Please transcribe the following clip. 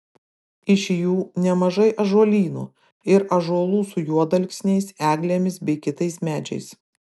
iš jų nemažai ąžuolynų ir ąžuolų su juodalksniais eglėmis bei kitais medžiais